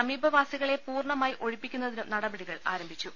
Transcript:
സമീപവാസികളെ പൂർണ്ണമായി ഒഴിപ്പിക്കുന്നതിനും നട പടികൾ ആരംഭിച്ചു